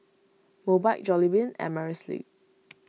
Mobike Jollibean and Amerisleep